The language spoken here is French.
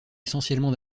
essentiellement